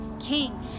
king